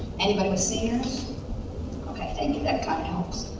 anybody with seniors ok thank you that kind of helped